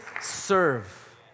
serve